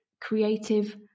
creative